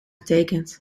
getekend